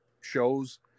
shows